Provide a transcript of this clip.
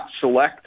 select